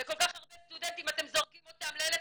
וכל כך הרבה סטודנטים אתם זורקים אותם לאלף